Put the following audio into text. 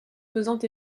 faisant